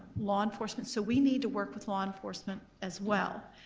law enforcement, so we need to work with law enforcement as well.